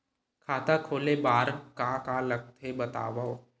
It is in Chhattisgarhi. खाता खोले बार का का लगथे बतावव?